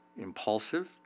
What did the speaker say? impulsive